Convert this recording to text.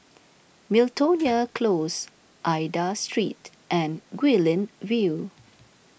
Miltonia Close Aida Street and Guilin View